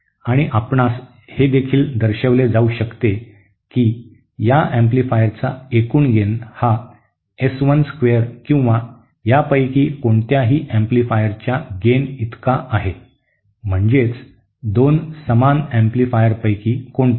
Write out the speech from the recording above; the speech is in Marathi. आणि आपणास हे देखील दर्शविले जाऊ शकते की या एम्पलीफायरचा एकूण गेन हा एस 1 स्क्वेअर किंवा यापैकी कोणत्याही एम्पलीफायरच्या गेनइतका आहे म्हणजेच दोन समान एम्पलीफायरपैकी कोणताही